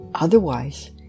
Otherwise